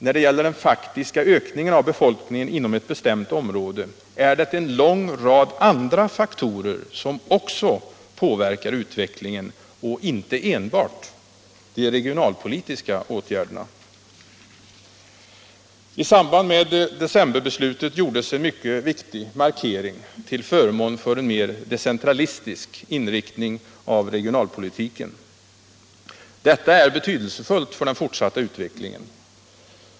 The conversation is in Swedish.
När det gäller den faktiska ökningen av befolkningen inom ett bestämt område, är det en lång rad andra faktorer som också påverkar utvecklingen, och inte enbart de regionalpolitiska åtgärderna. I samband med decemberbeslutet gjordes en mycket viktig markering till förmån för en mer decentralistisk inriktning av regionalpolitiken. Detta är betydelsefullt för den fortsatta utvecklingen.